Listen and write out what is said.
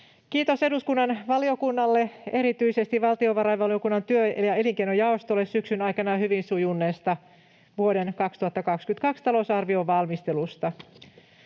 Kiitos eduskunnan valiokunnalle, erityisesti valtiovarainvaliokunnan työ- ja elinkeinojaostolle, syksyn aikana hyvin sujuneesta vuoden 2022 talousarvion valmistelusta.